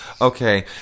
okay